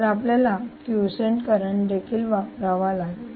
तर आपल्याला quiescent current देखील वापरावा लागेल